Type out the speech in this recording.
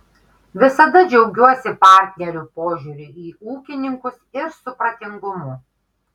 visada džiaugiuosi partnerių požiūriu į ūkininkus ir supratingumu